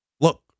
look